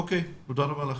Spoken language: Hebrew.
אוקיי, תודה רבה לך.